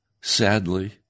sadly